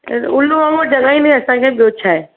ऐं उलू वांगुरु जगाईंदे असांखे ॿियो छाहे